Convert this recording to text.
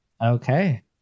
Okay